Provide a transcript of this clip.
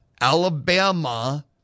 Alabama